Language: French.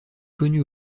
connue